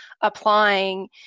applying